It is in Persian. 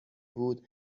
بود